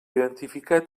identificar